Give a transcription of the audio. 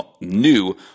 new